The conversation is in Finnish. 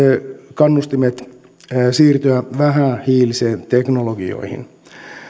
kannustimet siirtyä vähähiilisiin teknologioihin